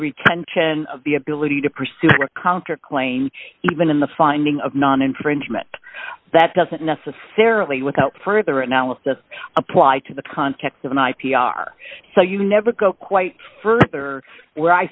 retention of the ability to pursue a counter claim even in the finding of non infringement that doesn't necessarily without further analysis apply to the context of i p r so you never go quite further where i